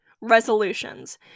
resolutions